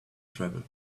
travel